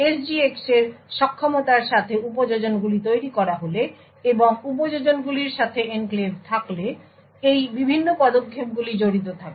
সুতরাং SGX এর সক্ষমতার সাথে উপযোজনগুলি তৈরি করা হলে এবং উপযোজনগুলির সাথে এনক্লেভ থাকলে এই বিভিন্ন পদক্ষেপগুলি জড়িত থাকে